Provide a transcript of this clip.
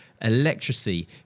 Electricity